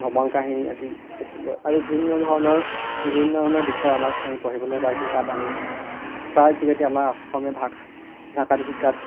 ভ্ৰমণ কাহিনী আদি বিভিন্ন ধৰণৰ বিষয়ে আমাক আমি পঢ়িবলৈ পাইছোঁ তাত আমি তাৰ যোগেদি আমাৰ অসমীয়া ভাষাটো শিকাত